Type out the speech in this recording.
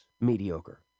mediocre